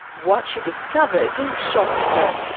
what she discovered shocked her.